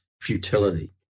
futility